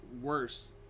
worse